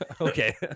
okay